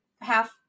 half